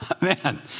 man